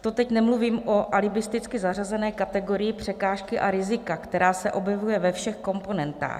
To teď nemluvím o alibisticky zařazené kategorii překážky a rizika, která se objevuje ve všech komponentách.